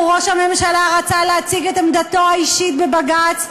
לו רצה ראש הממשלה להציג את עמדתו האישית בבג"ץ,